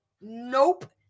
Nope